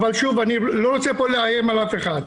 אני לא רוצה פה לאיים על אף אחד.